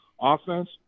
offense